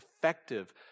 effective